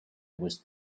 was